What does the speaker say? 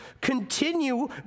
continue